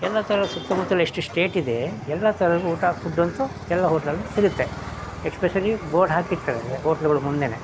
ಎಲ್ಲ ಥರ ಸುತ್ತಮುತ್ತಲ ಎಷ್ಟು ಸ್ಟೇಟ್ ಇದೆ ಎಲ್ಲ ಥರದ ಊಟ ಫುಡ್ ಅಂತೂ ಎಲ್ಲ ಹೋಟ್ಲಲ್ಲು ಸಿಗುತ್ತೆ ಎಸ್ಪೆಷಲಿ ಬೋರ್ಡ್ ಹಾಕಿರ್ತಾರೆ ಹೋಟ್ಲುಗಳು ಮುಂದೆಯೇ